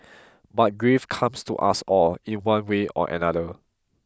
but grief comes to us all in one way or another